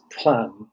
plan